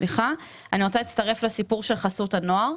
אני רוצה להצטרף לסיפור של חסות הנוער.